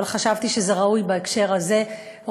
אבל חשבתי שזה ראוי בהקשר הזה,